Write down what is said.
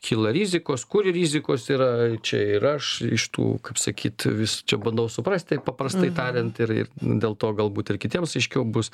kyla rizikos kur rizikos yra čia ir aš iš tų kaip sakyt vis čia bandau suprast taip paprastai tariant ir dėl to galbūt ir kitiems aiškiau bus